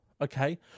okay